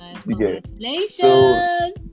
congratulations